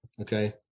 okay